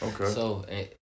Okay